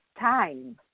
time